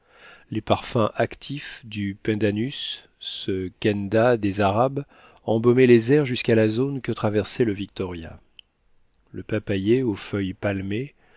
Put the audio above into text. les parfums actifs du pendanus ce kenda des arabes embaumaient les airs jusqu'à la zone que traversait le victoria le papayer aux feuilles palmées